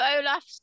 Olaf